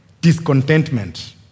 discontentment